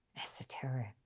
esoteric